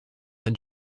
than